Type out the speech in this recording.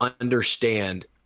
understand